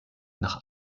nach